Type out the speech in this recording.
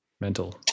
mental